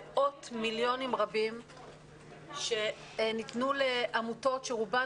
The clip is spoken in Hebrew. מאות מיליונים רבים שניתנו לעמותות שרובן